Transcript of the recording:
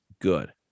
good